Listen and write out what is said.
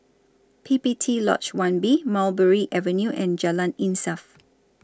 P P T Lodge one B Mulberry Avenue and Jalan Insaf